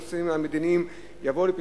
הנושאים המדיניים, יבואו על פתרונם.